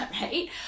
right